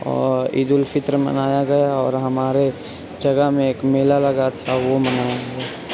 اور عیدالفطر منایا گیا اور ہمارے جگہ میں ایک میلہ لگا تھا وہ منایا گیا